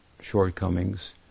shortcomings